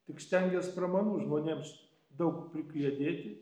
tik stengias pramanų žmonėms daug prikliedėti